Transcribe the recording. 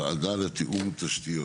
וועדה לתיאום תשתיות.